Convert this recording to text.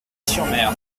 sur